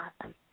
awesome